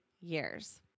years